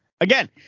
Again